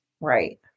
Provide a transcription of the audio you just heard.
Right